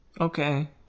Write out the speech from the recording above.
Okay